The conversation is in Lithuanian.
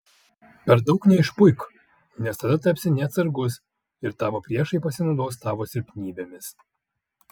per daug neišpuik nes tada tapsi neatsargus ir tavo priešai pasinaudos tavo silpnybėmis